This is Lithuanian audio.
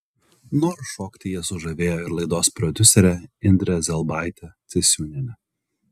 noru šokti jie sužavėjo ir laidos prodiuserę indrę zelbaitę ciesiūnienę